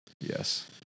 Yes